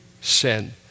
sin